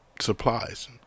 supplies